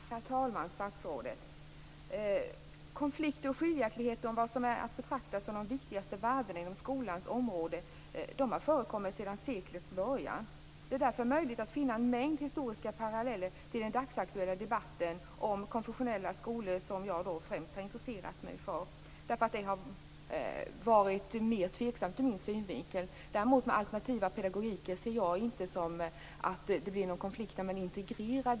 Herr talman! Statsrådet! Konflikter och skiljaktigheter i vad som är att betrakta som de viktigaste värdena inom skolans område har förekommit sedan seklets början. Det är därför möjligt att finna en mängd historiska paralleller till den dagsaktuella debatten om konfessionella skolor som jag främst har intresserat mig för. De har varit mer tveksamma enligt min åsikt. Däremot ser jag inte några konflikter med att integrera alternativa pedagogiker.